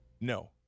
no